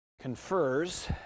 confers